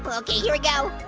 but okay, here we go.